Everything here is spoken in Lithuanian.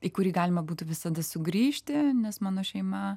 į kurį galima būtų visada sugrįžti nes mano šeima